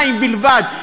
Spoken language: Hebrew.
אני גאה בכסף לחיילים,